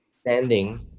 standing